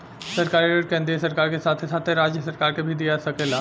सरकारी ऋण केंद्रीय सरकार के साथे साथे राज्य सरकार के भी दिया सकेला